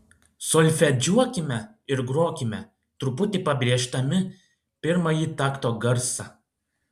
solfedžiuokime ir grokime truputį pabrėždami pirmąjį takto garsą